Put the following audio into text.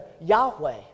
Yahweh